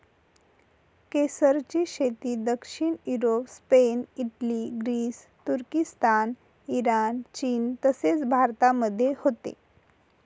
केसरची शेती दक्षिण युरोप, स्पेन, इटली, ग्रीस, तुर्किस्तान, इराण, चीन तसेच भारतामध्ये होते